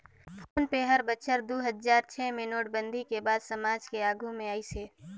phone पे हर बछर दू हजार छै मे नोटबंदी के बाद समाज के आघू मे आइस हे